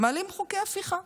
מעלים חוקי הפיכה.